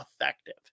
effective